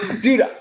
Dude